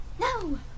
No